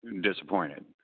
disappointed